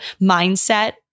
mindset